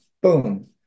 Boom